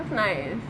that's nice